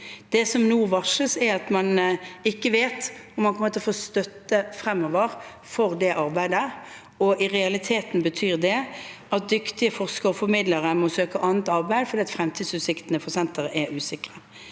Det som nå varsles, er at man ikke vet om man kommer til få støtte fremover for det arbeidet, og i realiteten betyr det at dyktige forskere og formidlere må søke annet arbeid fordi fremtidsutsiktene for senteret er usikre.